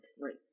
Right